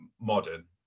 modern